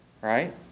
right